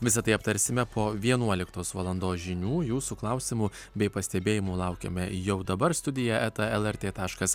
visa tai aptarsime po vienuoliktos valandos žinių jūsų klausimų bei pastebėjimų laukiame jau dabar studija eta lrt taškas